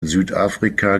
südafrika